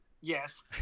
Yes